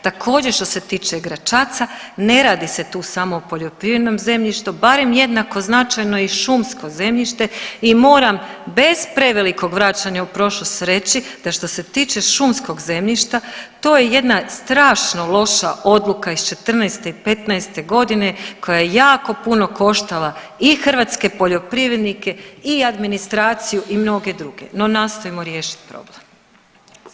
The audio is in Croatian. Također što se tiče Gračaca ne radi se tu samo o poljoprivrednom zemljištu, barem jednako značajno je i šumsko zemljište i moram bez prevelikog vraćanja u prošlost reći da što se tiče šumskog zemljišta to je jedna strašno loša odluka iz '14. i '15. godine koja je jako puno koštala i hrvatske poljoprivrednike i administraciju i mnoge druge, no nastojimo riješiti problem.